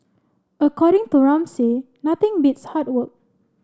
according to Ramsay nothing beats hard work